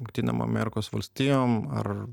jungtinėm amerikos valstijom ar